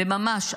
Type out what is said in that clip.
וממש,